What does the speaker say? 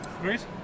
Great